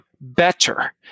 better